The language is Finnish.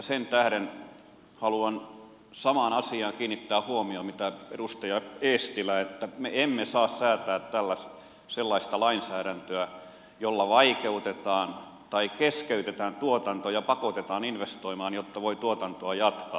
sen tähden haluan kiinnittää huomiota samaan asiaan kuin edustaja eestilä että me emme saa säätää sellaista lainsäädäntöä jolla vaikeutetaan tuotantoa tai keskeytetään se ja pakotetaan investoimaan jotta tuotantoa voi jatkaa